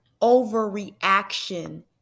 overreaction